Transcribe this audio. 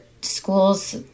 school's